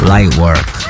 Lightwork